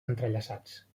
entrellaçats